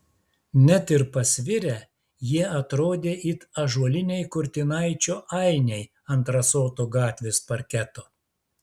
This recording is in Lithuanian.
net ir pasvirę jie atrodė it ąžuoliniai kurtinaičio ainiai ant rasoto gatvės parketo